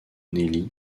nelly